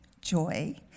joy